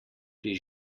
pri